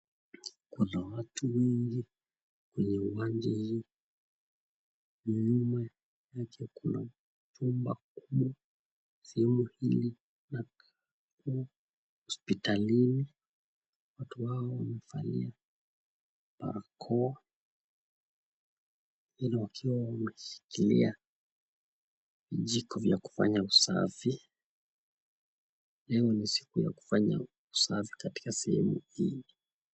Kuna watu wengi kwenye uwanja huu. Nyuma yake kuna chumba kuu. Sehemu hii inakaa hospitalini. Watu hawa wamevalia barakoa na wakiwawameshikilia vijiko vya kufanaya usafi. Leo ni siku ya kufanya usafi katika sehemu hii.